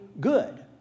good